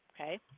okay